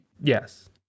Yes